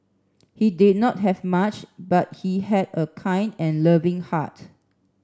he did not have much but he had a kind and loving heart